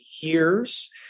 years